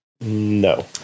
No